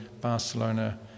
Barcelona